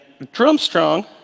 DrumStrong